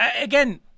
again